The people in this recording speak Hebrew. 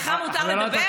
לך מותר לדבר?